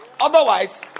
Otherwise